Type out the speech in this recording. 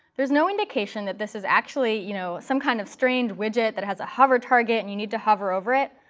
there's no indication that this is actually you know some kind of strange widget that has a hover target and you need to hover over it.